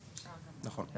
נכון.